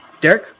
Derek